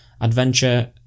adventure